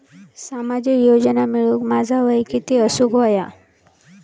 सामाजिक योजना मिळवूक माझा वय किती असूक व्हया?